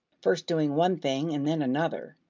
first doing one thing and then another?